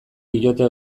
diote